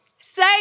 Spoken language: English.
say